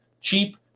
cheap